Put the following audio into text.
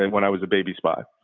and when i was a baby spy.